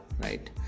right